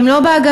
ואם לא בהגנה,